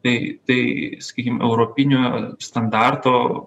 tai tai sakykim europinio standarto